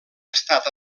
estat